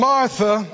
Martha